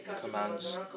commands